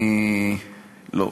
לא,